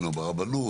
או ברבנות,